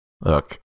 Look